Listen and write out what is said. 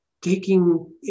taking